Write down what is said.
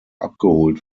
abgeholt